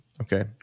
Okay